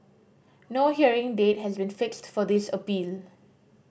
no hearing date has been fixed for this appeal